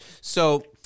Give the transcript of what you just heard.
So-